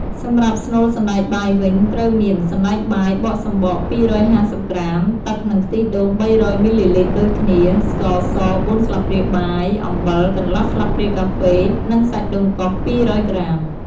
សម្រាប់ស្នូលសណ្ដែកបាយវិញត្រូវមាន សណ្ដែកបាយបកសំបក ២៥០ ក្រាម ទឹក និងខ្ទិះដូង ៣០០ មីលីលីត្រដូចគ្នា ស្ករស ៤ ស្លាបព្រាបាយ អំបិល កន្លះស្លាបព្រាកាហ្វេ និង សាច់ដូងកោស ២០០ ក្រាម។